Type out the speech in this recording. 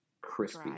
crispy